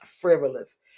frivolous